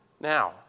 Now